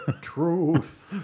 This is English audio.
truth